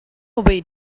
away